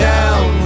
Down